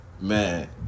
Man